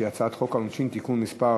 שהיא הצעת חוק העונשין (תיקון מס'